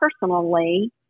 personally